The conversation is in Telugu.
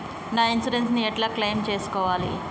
నా ఇన్సూరెన్స్ ని ఎట్ల క్లెయిమ్ చేస్కోవాలి?